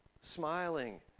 smiling